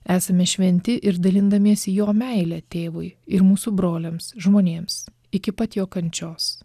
esame šventi ir dalindamiesi jo meile tėvui ir mūsų broliams žmonėms iki pat jo kančios